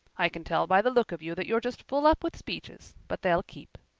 i can tell by the look of you that you're just full up with speeches, but they'll keep.